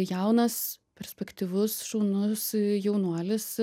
jaunas perspektyvus šaunus jaunuolis